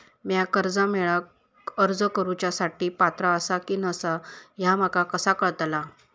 म्या कर्जा मेळाक अर्ज करुच्या साठी पात्र आसा की नसा ह्या माका कसा कळतल?